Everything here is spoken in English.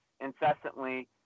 incessantly